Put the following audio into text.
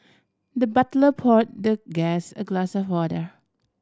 the butler pour the guest a glass of water